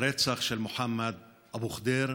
הרצח של מוחמד אבו ח'דיר,